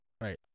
right